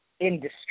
industry